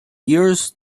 years